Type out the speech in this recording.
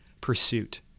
pursuit